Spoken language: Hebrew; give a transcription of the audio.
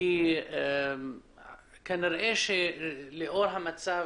כי כנראה שלאור המצב,